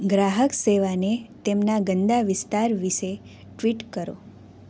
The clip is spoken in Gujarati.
ગ્રાહક સેવાને તેમના ગંદા વિસ્તાર વિશે ટ્વિટ કરો